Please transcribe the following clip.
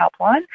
helpline